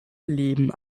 leben